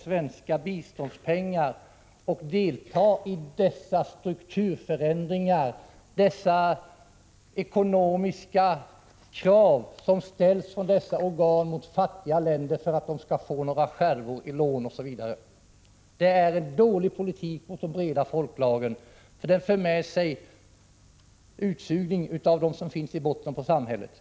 Svenska biståndspengar skall inte delta i de krav på ekonomiska strukturförändringar som ställs från dessa organ på fattiga länder för att de skall få några skärvor i lån. Det är en dålig politik mot de breda folklagren, för den för med sig utsugning av dem som finns i botten på samhället.